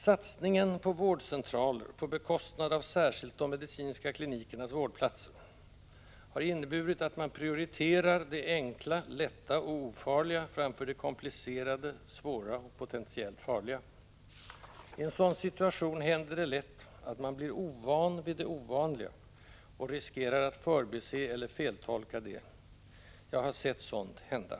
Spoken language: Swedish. Satsningen på vårdcentraler på bekostnad av särskilt de medicinska klinikernas vårdplatser har inneburit att man prioriterar det enkla, lätta och ofarliga framför det komplicerade, svåra och potentiellt farliga. I en sådan situation händer det lätt att man blir ovan vid det ovanliga och riskerar att förbise eller feltolka det. Jag har sett sådant hända.